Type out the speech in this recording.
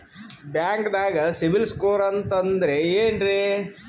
ಬ್ಯಾಂಕ್ದಾಗ CIBIL score ಅಂತ ಅಂದ್ರೆ ಏನ್ರೀ?